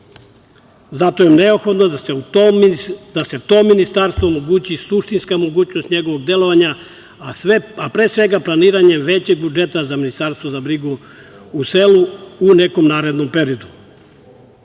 Zato je neophodno da se tom ministarstvu omogući suštinska mogućnost njegovog delovanja, a pre svega planiranje većeg budžeta za Ministarstvo za brigu o selu u nekom narednom periodu. Drugi